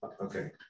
Okay